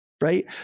Right